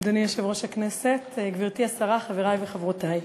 אדוני יושב-ראש הכנסת, גברתי השרה, חברי וחברותי,